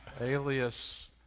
alias